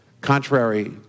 contrary